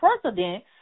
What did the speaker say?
president